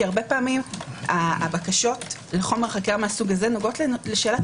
כי הרבה פעמים הבקשות לחומר חקירה מהסוג הזה נוגעות לשאלת